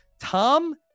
Tom